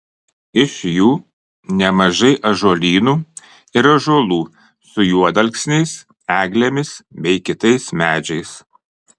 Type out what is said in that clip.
iš jų nemažai ąžuolynų ir ąžuolų su juodalksniais eglėmis bei kitais medžiais